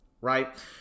right